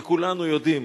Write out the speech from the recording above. וכולנו יודעים,